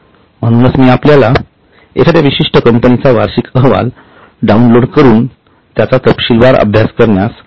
म्हणूनच मी आपल्याला एखाद्या विशिष्ट कंपनीचा वार्षिक अहवाल डाउनलोड करून त्याचा तपशीलवार अभ्यास करण्यास सांगितले होते